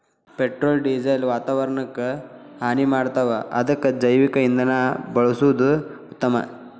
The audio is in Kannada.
ಪೆಟ್ರೋಲ ಡಿಸೆಲ್ ವಾತಾವರಣಕ್ಕ ಹಾನಿ ಮಾಡ್ತಾವ ಅದಕ್ಕ ಜೈವಿಕ ಇಂಧನಾ ಬಳಸುದ ಉತ್ತಮಾ